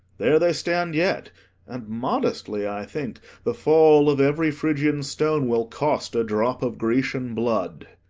there they stand yet and modestly i think the fall of every phrygian stone will cost a drop of grecian blood.